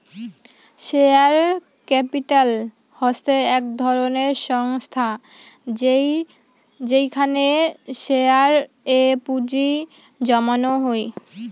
share capital হসে এক ধরণের সংস্থা যেইখানে শেয়ার এ পুঁজি জমানো হই